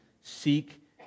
seek